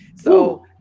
So-